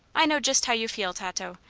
i know just how you feel, tato.